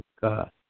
God